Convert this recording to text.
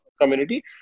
community